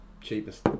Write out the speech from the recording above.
cheapest